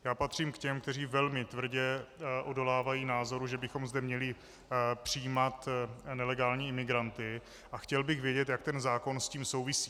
Já patřím k těm, kteří velmi tvrdě odolávají názoru, že bychom zde měli přijímat nelegální imigranty, a chtěl bych vědět, jak ten zákon s tím souvisí.